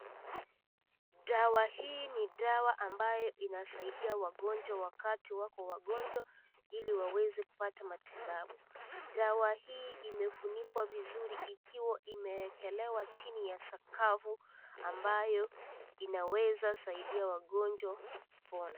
Dawa hii ni dawa ambayo inasaidia wagonjwa wakati wako wagonjwa ili waweze kupata matibabu. Dawa hii imefunikwa vizuri ikiwa imewekwa chini ya sakafu ambayo inaweza saidia wagonjwa kupona.